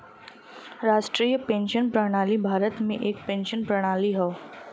राष्ट्रीय पेंशन प्रणाली भारत में एक पेंशन प्रणाली हौ